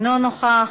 אינו נוכח,